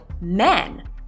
men